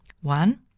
One